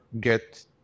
get